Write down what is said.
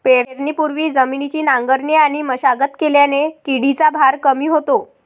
पेरणीपूर्वी जमिनीची नांगरणी आणि मशागत केल्याने किडीचा भार कमी होतो